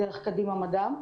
דרך קדימה מדע.